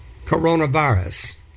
Coronavirus